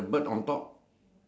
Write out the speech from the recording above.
ah dustbin full